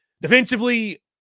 Defensively